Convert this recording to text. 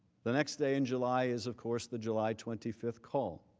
the next day in july is of course the july twenty five call.